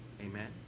Amen